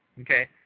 okay